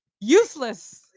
Useless